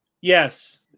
Yes